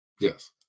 yes